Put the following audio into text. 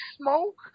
smoke